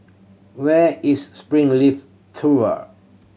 where is Springleaf Tool